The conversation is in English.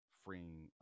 freeing